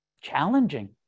challenging